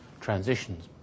transitions